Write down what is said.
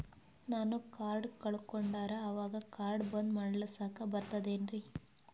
ನಾನು ಕಾರ್ಡ್ ಕಳಕೊಂಡರ ಅವಾಗ ಕಾರ್ಡ್ ಬಂದ್ ಮಾಡಸ್ಲಾಕ ಬರ್ತದೇನ್ರಿ?